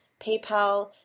PayPal